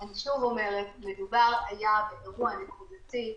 שוב, אני אומרת שמדובר היה באירוע נקודתי.